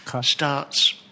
starts